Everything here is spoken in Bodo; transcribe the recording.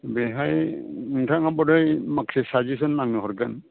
बेवहाय नोंथाङा बधय माखासे साजेसन आंनो हरगोन